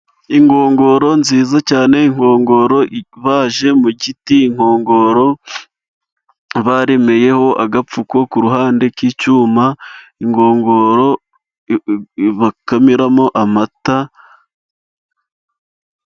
Inkongoro nziza cyane, inkongoro ibaje mu giti, inkongoro baremeyeho agapfuko ku ruhande k'icyuma, inkongoro bakamiramo amata.